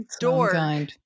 door